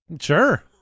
Sure